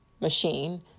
machine